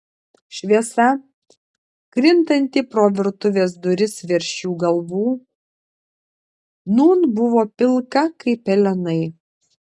šviesa krintanti pro virtuvės duris virš jų galvų nūn buvo pilka kaip pelenai